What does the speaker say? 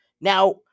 Now